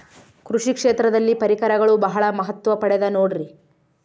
ಕೃಷಿ ಕ್ಷೇತ್ರದಲ್ಲಿ ಪರಿಕರಗಳು ಬಹಳ ಮಹತ್ವ ಪಡೆದ ನೋಡ್ರಿ?